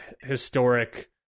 historic